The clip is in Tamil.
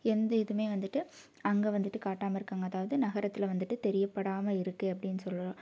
எந்த இதுவுமே வந்துட்டு அங்கே வந்துட்டு காட்டாமல் இருக்காங்க அதாவது நகரத்தில் வந்துட்டு தெரியப்படாமல் இருக்கு அப்டின்னு சொல்லலாம்